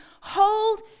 Hold